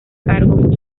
cargo